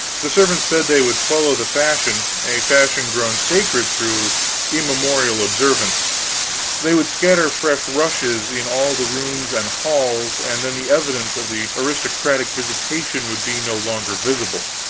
the servants said they would follow the fashion, a fashion grown sacred through immemorial observance they would scatter fresh rushes in all the rooms and halls, and then the evidence of the aristocratic visitation would be no longer visible.